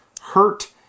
hurt